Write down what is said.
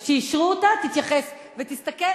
לסדר-היום שאישרו אותה, תתייחס ותסתכל.